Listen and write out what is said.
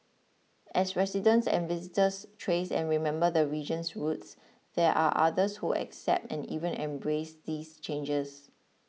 as residents and visitors trace and remember the region's roots there are others who accept and even embrace these changes